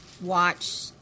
Watch